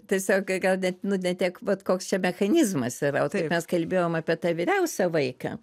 tiesiog gal net nu ne tiek vat koks čia mechanizmas yra taip mes kalbėjom apie tą vyriausią vaiką